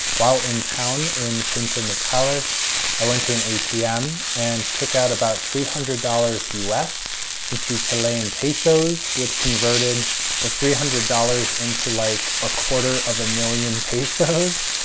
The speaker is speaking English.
while in town in puerto natalas i went to an atm and took out about three hundred dollars us into chilean pesos, which converted the three hundred dollars into like a quarter of a million pesos,